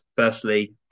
Firstly